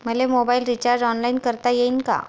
मले mobile recharge online करता येईन का?